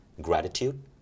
gratitude